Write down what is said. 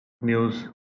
news